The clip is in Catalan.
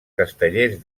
castellers